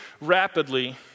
rapidly